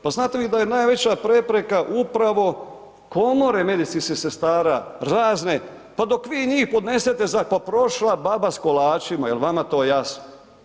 Pa znate li vi da je najveća prepreka upravo komore medicinskih sestara razne pa dok vi njih podnesete, pa prošla baba sa kolačima, je li vama to jasno?